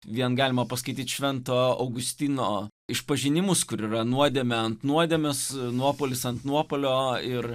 vien galima paskaityt švento augustino išpažinimus kur yra nuodėmė ant nuodėmės nuopuolis ant nuopuolio ir